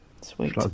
Sweet